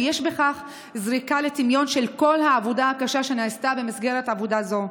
ויש בכך ירידה לטמיון של כל העבודה הקשה שנעשתה במסגרת עבודה זו.